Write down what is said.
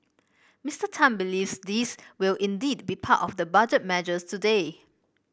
Mister Tan believes these will indeed be part of the Budget measures today